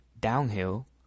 downhill